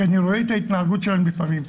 כי אני רואה את ההתנהגות שלהם לפעמים.